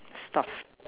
stuff